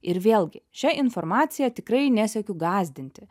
ir vėlgi šia informacija tikrai nesiekiu gąsdinti